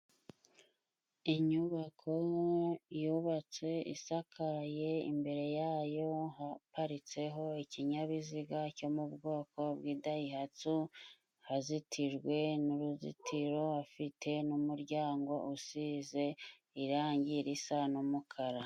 Inyubako yubatse isakaye, imbere yayo haparitseho ikinyabiziga cyo mubwoko bw'idayihatsu, hazitijwe n'uruzitiro, afite n'umuryango usize irangi risa n'umukara.